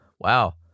Wow